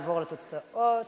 נעבור לתוצאות: